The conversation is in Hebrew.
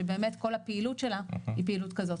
שבאמת כל הפעילות שלה היא פעילות כזאת,